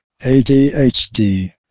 ADHD